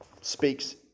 speaks